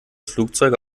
flugzeuge